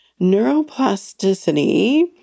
Neuroplasticity